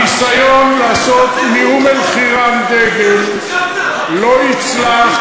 הניסיון לעשות מאום-אלחיראן דגל לא יצלח,